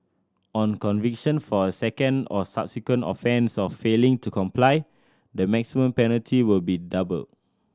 on conviction for a second or subsequent offence of failing to comply the maximum penalty will be doubled